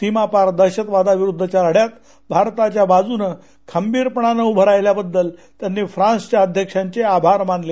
सीमापार दहशतवादाविरूद्वच्या लढ्यात भारताच्या बाजूनं खंबीरपणे उभं राहिल्याबद्दल त्यांनी फ्रान्सच्या अध्यक्षांचे आभार मानले